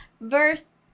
verse